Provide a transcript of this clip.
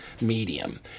medium